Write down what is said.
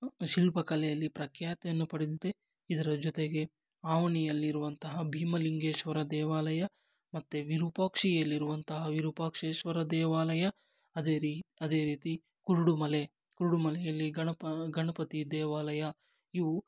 ಶಿಲ್ಪಕಲೆಯಲ್ಲಿ ಪ್ರಖ್ಯಾತಿಯನ್ನು ಪಡೆದಿದೆ ಇದರ ಜೊತೆಗೆ ಅವನಿಯಲ್ಲಿರುವಂತಹ ಭೀಮಲಿಂಗೇಶ್ವರ ದೇವಾಲಯ ಮತ್ತು ವಿರೂಪಾಕ್ಷಿಯಲ್ಲಿರುವಂತಹ ವಿರೂಪಾಕ್ಷೇಶ್ವರ ದೇವಾಲಯ ಅದೇ ರೀ ಅದೇ ರೀತಿ ಕುರುಡುಮಲೆ ಕುರುಡುಮಲೆಯಲ್ಲಿ ಗಣಪ ಗಣಪತಿ ದೇವಾಲಯ ಇವು